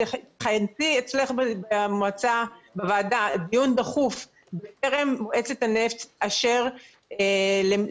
כנסי אצלך בוועדה דיון דחוף טרם מועצת הנפט תאשר לשר